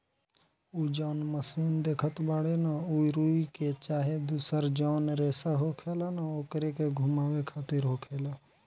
उ जौन मशीन देखत बाड़े न उ रुई के चाहे दुसर जौन रेसा होखेला न ओकरे के घुमावे खातिर होखेला